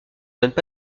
donnent